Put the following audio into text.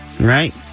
Right